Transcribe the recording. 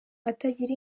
atagira